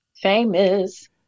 Famous